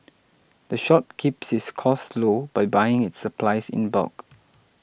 the shop keeps its costs low by buying its supplies in bulk